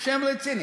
שהם רציניים.